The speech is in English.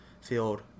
field